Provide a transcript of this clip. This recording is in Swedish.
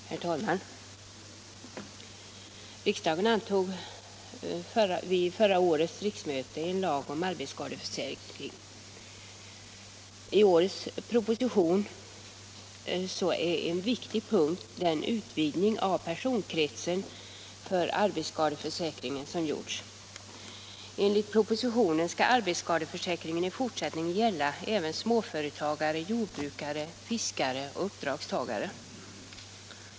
Herr talman! Riksdagen antog vid föregående riksmöte en lag om arbetsskadeförsäkring. I årets proposition är en viktig punkt den utvidgning av personkretsen för arbetsskadeförsäkringen som gjorts. Enligt propositionen bör arbetsskadeförsäkringen i fortsättningen gälla även småföretagare, jordbrukare, fiskare och uppdragstagare.